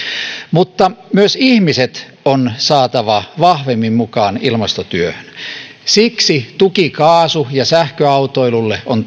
mutta myös ihmiset on saatava vahvemmin mukaan ilmastotyöhön siksi tuki kaasu ja sähköautoilulle on